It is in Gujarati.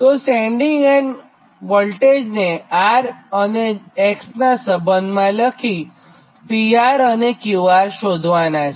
તો સેન્ડીંગ એન્ડ વોલ્ટેજને R અને X નાં સંબંધમાં લખી PR અને QR શોધવાનાં છે